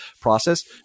process